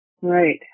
Right